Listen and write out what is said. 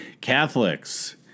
Catholics